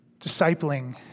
discipling